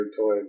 toy